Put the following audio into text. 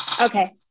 Okay